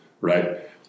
right